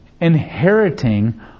inheriting